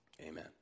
Amen